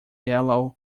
yellow